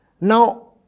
Now